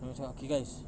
I macam okay guys